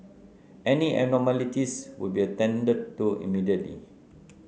any abnormalities would be attended to immediately